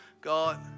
God